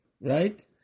right